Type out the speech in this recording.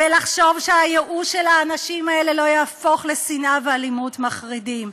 ולחשוב שהייאוש של האנשים האלה לא יהפוך לשנאה ואלימות מחרידות.